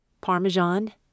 parmesan